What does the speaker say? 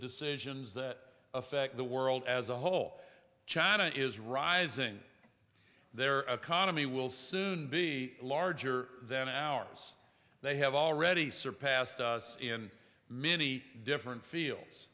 decisions that affect the world as a whole china is rising they're a commie will soon be larger than ours they have already surpassed us in many different fields